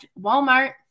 Walmart